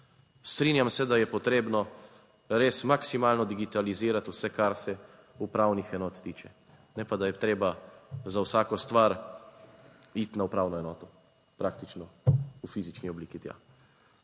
Strinjam se, da je potrebno res maksimalno digitalizirati vse, kar se upravnih enot tiče, ne pa, da je treba za vsako stvar iti na upravno enoto, praktično v fizični obliki tja.